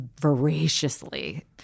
voraciously